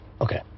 Okay